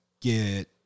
get